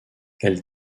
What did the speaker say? elle